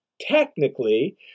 technically